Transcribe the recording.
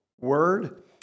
Word